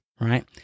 Right